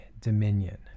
dominion